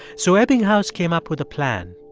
so ebbinghaus came up with a plan.